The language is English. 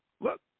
Look